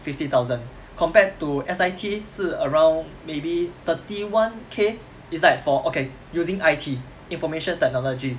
fifty thousand compared to S_I_T 是 around maybe thirty one K it's like for okay using it information technology